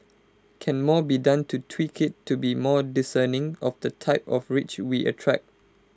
can more be done to tweak IT to be more discerning of the type of rich we attract